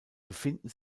befinden